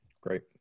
Great